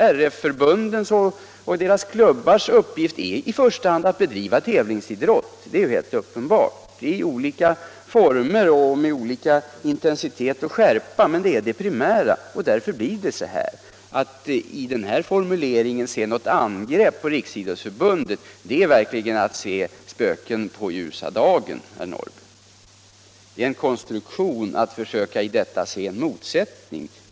Uppgiften för RF och dess klubbar är i första hand att bedriva tävlingsidrott i olika former. Det är det primära, och därför är förhållandena sådana som jag redogjort för. Att i den här formuleringen se ett angrepp på Riksidrottsförbundet är verkligen att se spöken på ljusa dagen, herr Norrby. Det är en konstruerad motsättning.